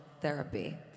therapy